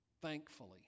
Thankfully